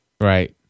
Right